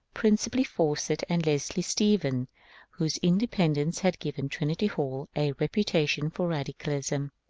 principally faw cett and leslie stephen whose independence had given trin ity hall a reputation for radicalism.